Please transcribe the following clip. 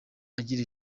agira